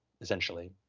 essentially